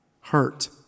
hurt